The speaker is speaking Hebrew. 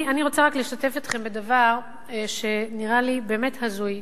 אני רוצה רק לשתף אתכם בדבר שנראה לי באמת הזוי,